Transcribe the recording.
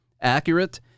accurate